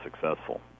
successful